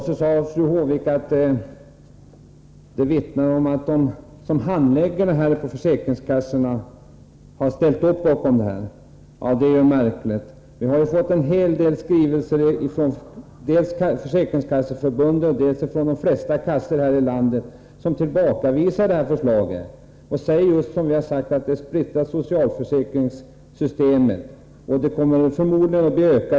Så sade fru Håvik att handläggarna på försäkringskassorna har ställt upp bakom förslaget. Det är märkligt. Vi har ju fått en hel del skrivelser, dels från Försäkringskasseförbundet, dels från de flesta försäkringskassor i landet, som tillbakavisar förslaget. De säger precis som vi att man splittrar socialförsäkringssystemet och att kostnaderna förmodligen kommer att öka.